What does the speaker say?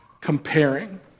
comparing